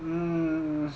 mm